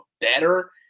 better